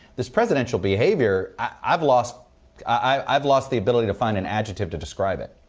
this presidential behavior, i've lost i've lost the ability to find an adjective to describe it.